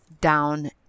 down